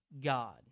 God